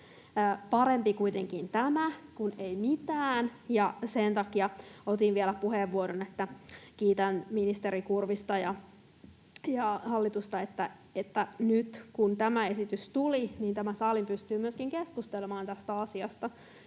parempi kuitenkin tämä kuin ei mitään, ja sen takia otin vielä puheenvuoron, että kiitän ministeri Kurvista ja hallitusta, että nyt kun tämä esitys tuli, niin tämä sali pystyy myöskin keskustelemaan tästä asiasta